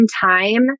time